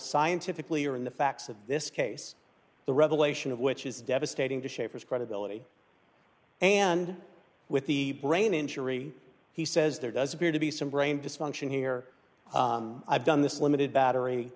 scientifically or in the facts of this case the revelation of which is devastating to shaffer's credibility and with the brain injury he says there does appear to be some brain dysfunction here i've done this limited battery